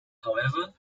however